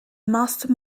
master